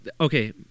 Okay